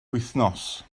wythnos